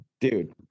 dude